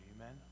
Amen